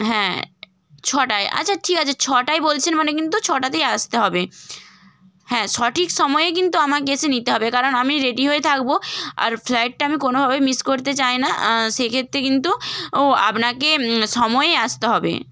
হ্যাঁ ছটায় আচ্ছা ঠিক আছে ছটায় বলছেন মানে কিন্তু ছটাতেই আসতে হবে হ্যাঁ সঠিক সময়ে কিন্তু আমাকে এসে নিতে হবে কারণ আমি রেডি হয়ে থাকব আর ফ্লাইটটা আমি কোনোভাবেই মিস করতে চাই না সেক্ষেত্রে কিন্তু উ আপনাকে সময়ে আসতে হবে